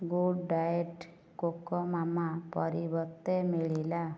good diet କୋକୋମାମା ପରିବର୍ତ୍ତେ ମିଳିଲା